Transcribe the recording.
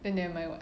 then nevermind [what]